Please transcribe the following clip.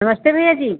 नमस्ते भैया जी